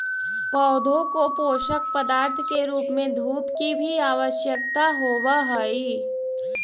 पौधों को पोषक पदार्थ के रूप में धूप की भी आवश्यकता होवअ हई